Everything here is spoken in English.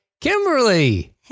Kimberly